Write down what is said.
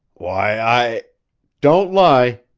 why, i don't lie!